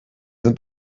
sind